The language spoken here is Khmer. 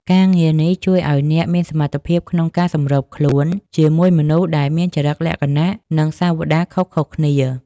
ការងារនេះជួយឱ្យអ្នកមានសមត្ថភាពក្នុងការសម្របខ្លួនជាមួយមនុស្សដែលមានចរិតលក្ខណៈ និងសាវតារខុសៗគ្នា។